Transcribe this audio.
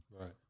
Right